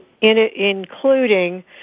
including